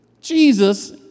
Jesus